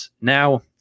now